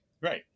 Right